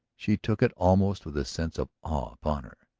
she took it almost with a sense of awe upon her.